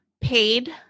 paid